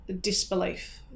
disbelief